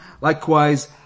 Likewise